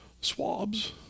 swabs